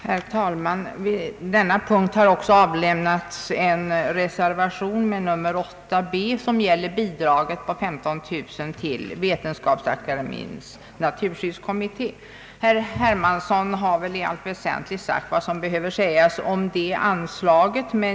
Herr talman! Vid denna punkt har också avlämnats en reservation b, som gäller bidrag med 15 000 kronor till Vetenskapsakademiens naturskyddskommitté. Herr Hermansson har i allt väsentligt sagt vad som behöver sägas om det anslaget.